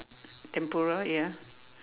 tempura ya